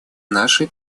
нашей